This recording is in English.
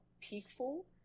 peaceful